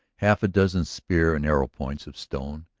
half a dozen spear and arrow points of stone,